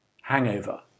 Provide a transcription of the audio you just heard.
hangover